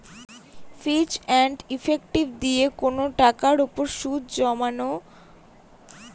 ফিচ and effective দিয়ে কোনো টাকার উপর সুদ জানবো